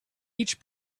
each